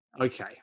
Okay